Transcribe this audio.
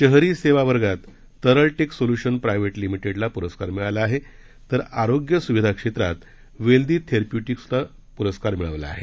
शहरीसेवा वर्गात Taraltec solution private limited ला पुरस्कार मिळाला आहे तर आरोग्य सुविधा क्षेत्रात वेल्दी थेरप्यूटीक्स पुरस्कार मिळवला आहे